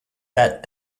that